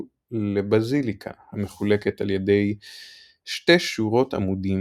לבזיליקה המחולקת על ידי שתי שורות עמודים